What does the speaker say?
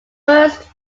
first